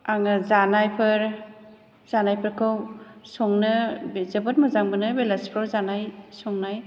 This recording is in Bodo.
आङो जानायफोर जानायफोरखौ संनो जोबोद मोजां मोनो बेलासिफ्राव जानाय संनाय